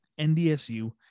NDSU